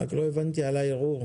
לא הבנתי לגבי הערעור.